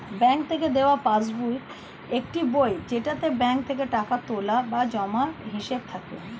bank থেকে দেওয়া passbook একটি বই যেটাতে ব্যাঙ্ক থেকে টাকা তোলা বা জমার হিসাব থাকে